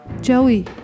Joey